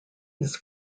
his